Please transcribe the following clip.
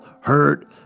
hurt